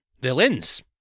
Villains